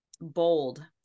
bold